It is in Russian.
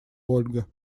ольга